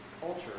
culture